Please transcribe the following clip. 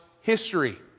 history